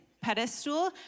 pedestal